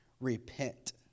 Repent